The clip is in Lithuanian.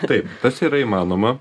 taip tas yra įmanoma